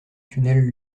tunnel